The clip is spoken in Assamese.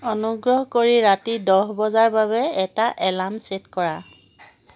অনুগ্ৰহ কৰি ৰাতি দহ বজাৰ বাবে এটা এলাৰ্ম ছে'ট কৰা